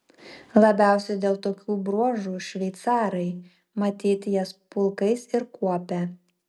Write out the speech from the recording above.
labiausiai dėl tokių bruožų šveicarai matyt jas pulkais ir kuopia